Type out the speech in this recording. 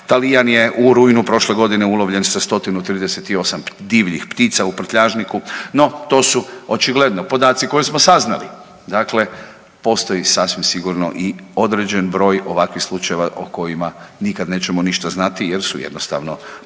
Talijan je u rujnu prošle godine ulovljen sa 138 divljih ptica u prtljažniku no to su očigledno podaci koje smo saznali. Dakle, postoji sasvim sigurno i određen broj ovakvih slučajeva o kojima nikada nećemo ništa znati jer su jednostavno